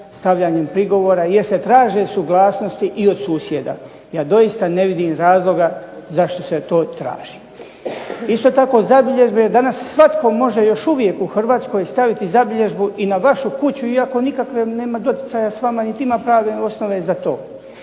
stavljanjem prigovora, jer se traže suglasnosti i od susjeda. Ja doista ne vidim razloga zašto se to traži. Isto tako zabilježba je danas, svatko u Hrvatskoj može još uvijek staviti zabilježbu i na vašu kuću, iako nema nikakvog doticaja s vama niti ima pravne osnove za to.